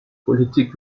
politik